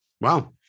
Wow